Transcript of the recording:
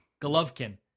Golovkin